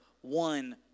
one